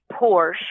Porsche